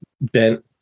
Ben